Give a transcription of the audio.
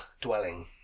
dwelling